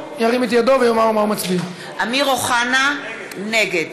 אמיר אוחנה, נגד